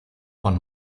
von